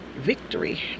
victory